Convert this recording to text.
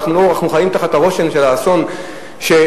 ואנחנו חיים תחת הרושם של האסון שהיה,